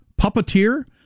Puppeteer